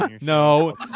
No